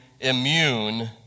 immune